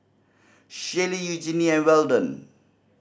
Shaylee Eugenie and Weldon